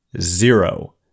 zero